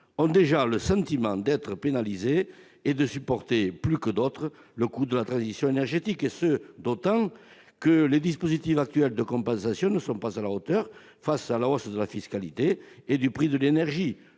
ont déjà le sentiment d'être pénalisées et de supporter, plus que d'autres, le coût de la transition énergétique, d'autant que les dispositifs actuels de compensation ne sont pas à la hauteur face à la hausse de la fiscalité et du prix de l'énergie.